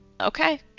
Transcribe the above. Okay